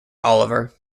oliver